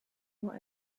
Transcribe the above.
what